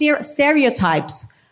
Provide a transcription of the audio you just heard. stereotypes